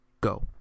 go